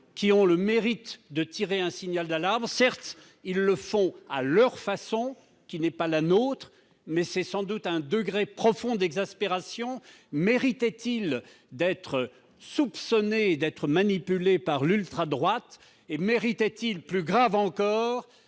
qui ont le mérite de tirer un signal d'alarme. Certes, ils le font à leur façon, qui n'est pas la nôtre, mais cela traduit sans doute un degré profond d'exaspération. Méritaient-ils d'être soupçonnés d'être manipulés par l'ultradroite et méritaient-ils, plus grave encore,